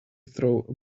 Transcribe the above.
throw